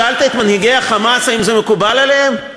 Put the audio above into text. שאלת את מנהיגי ה"חמאס" אם זה מקובל עליהם?